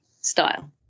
style